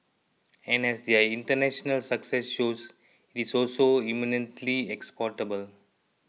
and as their international success shows it is also eminently exportable